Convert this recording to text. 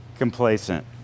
complacent